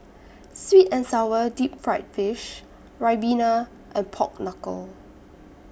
Sweet and Sour Deep Fried Fish Ribena and Pork Knuckle